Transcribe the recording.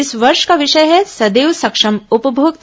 इस वर्ष का विषय है सदैव सक्षम उपभोक्ता